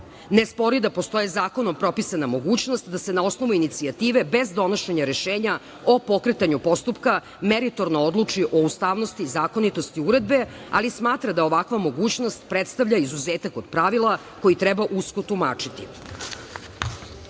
Ne spori da postoji zakonom propisana mogućnost da se, na osnovu inicijative, bez donošenja rešenja o pokretanju postupka, meritorno odluči o ustavnosti, zakonitosti uredbe, ali smatra da ovakva mogućnost predstavlja izuzetak od pravila koji treba usko tumačiti. Zamerke